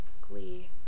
Glee